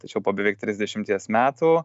tačiau po beveik trisdešimties metų